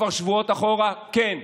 שקיבלנו, כבר שבועות אחורה: כן.